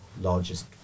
largest